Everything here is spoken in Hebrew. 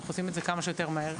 אנחנו עושים את זה כמה שיותר מהר.